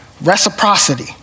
reciprocity